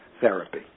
therapy